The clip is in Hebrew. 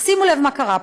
אך שימו לב מה קרה פה: